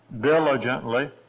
diligently